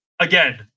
again